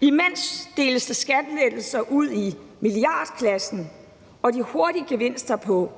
Imens deles der skattelettelser ud i milliardklassen, og de hurtige gevinster på